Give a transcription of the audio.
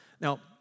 Now